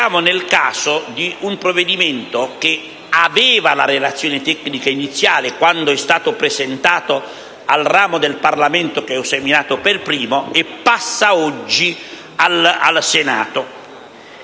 siamo nel caso di un provvedimento che aveva la relazione tecnica iniziale (quando è stato presentato al ramo del Parlamento che lo ha esaminato per primo) e che passa oggi al Senato.